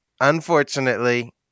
unfortunately